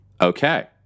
Okay